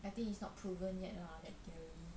I think it's not proven yet lah that theory